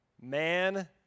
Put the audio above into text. Man